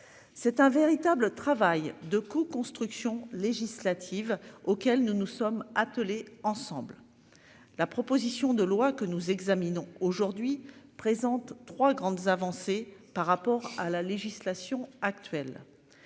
C'est un véritable travail de co-construction législative auquel nous nous sommes attelés ensemble. La proposition de loi que nous examinons aujourd'hui présente 3 grandes avancées par rapport à la législation actuelle.